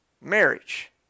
marriage